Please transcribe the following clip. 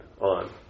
on